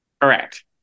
Correct